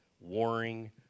warring